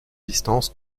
distance